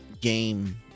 game